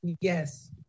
Yes